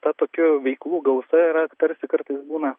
ta tokių veiklų gausa yra tarsi kartais būna